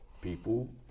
people